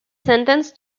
sentenced